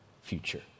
future